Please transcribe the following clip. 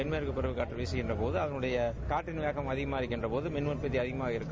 தென்மேற்கு பருவக்காற்று வீசுகின்றபோது அதன் காற்றின்வேகம் அதிகமாக இருக்கின்றபோது மின் உற்பத்தி அதிகமாக இருக்கும்